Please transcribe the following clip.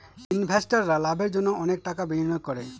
ইনভেস্টাররা লাভের জন্য অনেক টাকা বিনিয়োগ করে